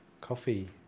coffee